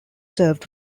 served